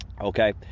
Okay